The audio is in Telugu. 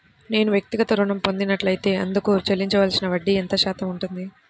నేను వ్యక్తిగత ఋణం పొందినట్లైతే అందుకు చెల్లించవలసిన వడ్డీ ఎంత శాతం ఉంటుంది?